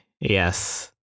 Yes